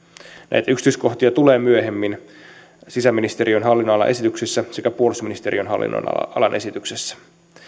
näitä yksityiskohtia tulee myöhemmin sisäministeriön hallinnonalan esityksessä sekä puolustusministeriön hallinnonalan esityksessä